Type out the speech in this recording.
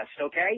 okay